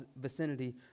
vicinity